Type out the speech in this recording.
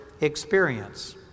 experience